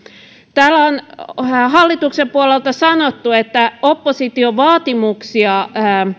täällä on hallituksen puolelta sanottu että opposition vaatimuksia